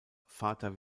vater